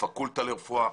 הפקולטה לרפואה,